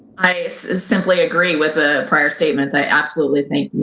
i simply agree with the prior statements. i absolutely think,